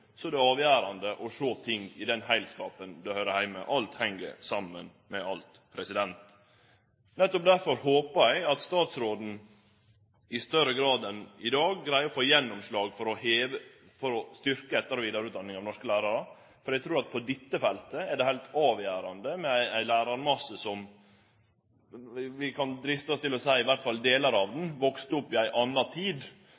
er det avgjerande å sjå ting i den heilskapen det høyrer heime. Alt heng saman med alt. Nettopp derfor håpar eg at statstråden i større grad enn i dag greier å få gjennomslag for å styrkje etter- og vidareutdanninga av norske lærarar. Eg trur at på dette feltet er det heilt avgjerande med ein lærarmasse – vi kan vel driste oss til å seie i alle fall delar av